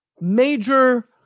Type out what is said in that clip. major